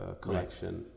collection